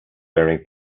wearing